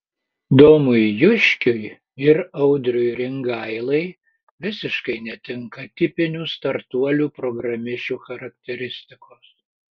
domui juškiui ir audriui ringailai visiškai netinka tipinių startuolių programišių charakteristikos